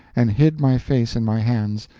and hid my face in my hands,